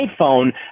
iPhone